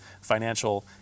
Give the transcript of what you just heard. financial